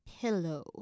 pillow